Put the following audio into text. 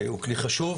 הוא כלי חשוב,